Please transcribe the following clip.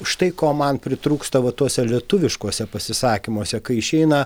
štai ko man pritrūksta va tuose lietuviškuose pasisakymuose kai išeina